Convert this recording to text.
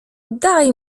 daj